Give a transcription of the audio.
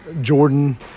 Jordan